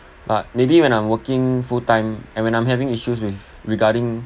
but maybe when I'm working full time and when I'm having issues with regarding